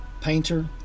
Painter